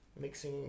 mixing